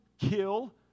kill